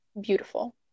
beautiful